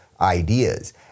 ideas